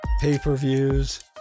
pay-per-views